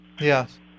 Yes